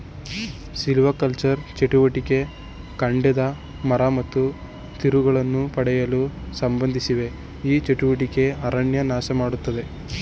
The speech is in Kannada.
ಸಿಲ್ವಿಕಲ್ಚರಲ್ ಚಟುವಟಿಕೆ ಕಾಡಿಂದ ಮರ ಮತ್ತು ತಿರುಳನ್ನು ಪಡೆಯಲು ಸಂಬಂಧಿಸಿವೆ ಈ ಚಟುವಟಿಕೆ ಅರಣ್ಯ ನಾಶಮಾಡ್ತದೆ